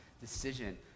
decision